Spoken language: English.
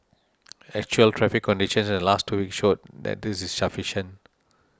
actual traffic conditions in the last two weeks showed that this is sufficient